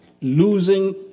Losing